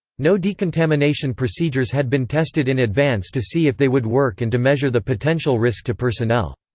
no decontamination procedures had been tested in advance to see if they would work and to measure the potential risk to personnel.